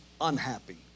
unhappy